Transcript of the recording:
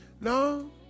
No